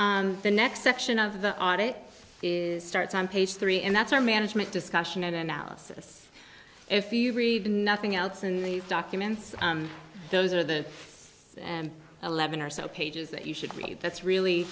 yes the next section of the audit is starts on page three and that's our management discussion analysis if you read nothing else in the documents those are the eleven or so pages that you should read that's really